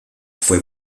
fue